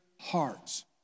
hearts